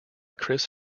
chris